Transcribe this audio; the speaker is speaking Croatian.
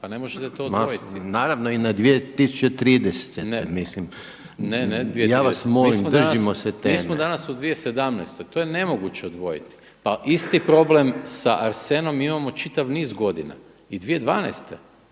Pa ne možete to odvojiti. …/Upadica Reiner: Ma naravno i na 2030. Mislim, ja vas molim držimo se teme./… Mi smo danas u 2017. To je nemoguće odvojiti. Pa isti problem sa arsenom mi imamo čitav niz godina. I 2012.